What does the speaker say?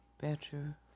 better